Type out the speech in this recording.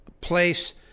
place